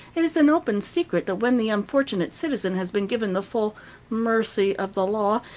it is an open secret that when the unfortunate citizen has been given the full mercy of the law,